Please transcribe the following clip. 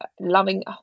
loving